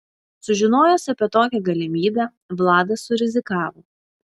sužinojęs apie tokią galimybę vladas surizikavo